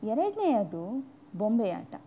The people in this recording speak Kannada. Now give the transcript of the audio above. ಎರಡನೆಯದು ಬೊಂಬೆ ಆಟ